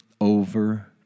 over